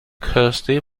kirsty